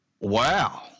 wow